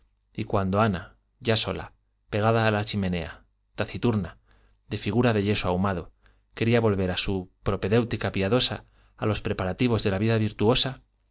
y cuando ana ya sola pegada a la chimenea taciturna de figuras de yeso ahumado quería volver a su propedéutica piadosa a los preparativos de vida virtuosa